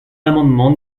l’amendement